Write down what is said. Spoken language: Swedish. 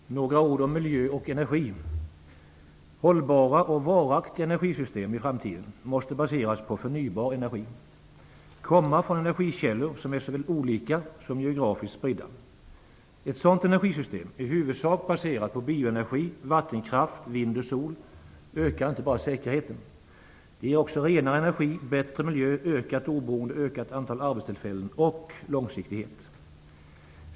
Herr talman! Jag skall säga några ord om miljö och energi. Hållbara och varaktiga energisystem måste i framtiden baseras på förnybar energi. Energin måste komma från energikällor som är såväl olika som geografiskt spridda. Ett sådant energisystem, i huvudsak baserat på bioenergi, vattenkraft, vind och sol, ökar inte bara säkerheten. Det ger också renare energi, bättre miljö, ökat oberoende, ökat antal arbetstillfällen och långsiktighet.